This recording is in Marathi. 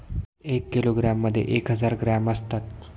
एक किलोग्रॅममध्ये एक हजार ग्रॅम असतात